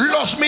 Los